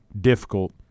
difficult